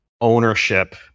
ownership